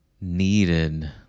needed